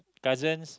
cousins